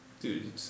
Dude